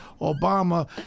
Obama